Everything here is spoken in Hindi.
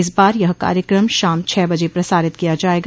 इस बार यह कार्यक्रम शाम छह बजे प्रसारित किया जाएगा